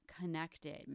connected